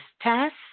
test